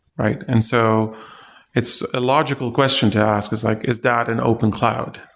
right? and so it's a logical question to ask is like, is that an open cloud,